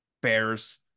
Bears